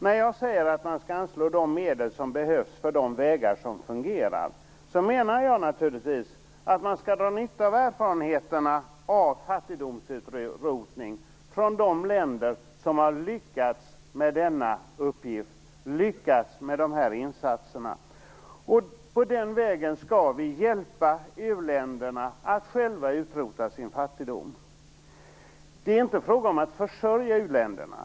När jag säger att man skall anslå de medel som behövs för de vägar som fungerar menar jag naturligtvis att man skall dra nytta av erfarenheterna av fattigdomsutrotning från de länder som har lyckats med denna uppgift - som har lyckats med dessa insatser. På den vägen skall vi hjälpa u-länderna att själva utrota sin fattigdom. Det är inte fråga om att försörja u-länderna.